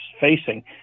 facing